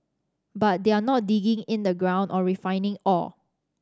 but they're not digging in the ground or refining ore